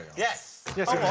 yes! yes,